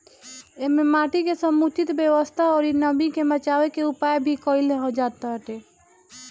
एमे माटी के समुचित व्यवस्था अउरी नमी के बाचावे के उपाय भी कईल जाताटे